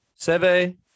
Seve